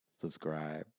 subscribe